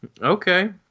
Okay